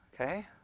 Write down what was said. Okay